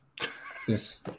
yes